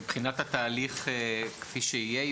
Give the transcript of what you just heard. מבחינת התהליך כפי שיהיה,